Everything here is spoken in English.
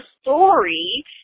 story